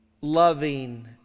loving